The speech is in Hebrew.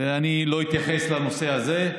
ואני לא אתייחס לנושא הזה.